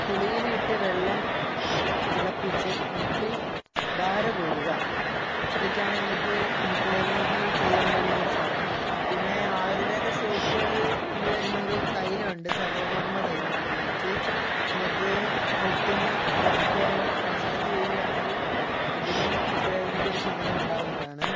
പുളിയില ഇട്ട് വെള്ളം തിളപ്പിച്ച് മുട്ടിൽ ധാര കോരുക ഇതൊക്കെയാണ് നമുക്ക് മുട്ട് വേദനയ്ക്ക് ചെയ്യാൻ കഴിയുന്നൊരു സാധാനം പിന്നെ ആയുർവേദ ഷോപ്പുകളിൽ കണ്ടുവരുന്നരു തൈലം ഉണ്ട് സർവമർമ്മ തൈലം ഉപയോഗിച്ച് നമുക്ക് മുട്ടിന് കുറച്ച് നേരം മസാജ് ചെയ്യുകയാണെങ്കിൽ അതിനും മുട്ടുവേദനയ്ക്കൊരു ശമനം ഉണ്ടാവുന്നതാണ്